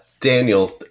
daniel